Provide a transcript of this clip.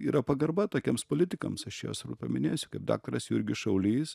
yra pagarba tokiems politikams aš čia juos paminėsiu kaip daktaras jurgis šaulys